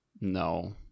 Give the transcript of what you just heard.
No